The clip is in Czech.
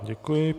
Děkuji.